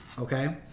Okay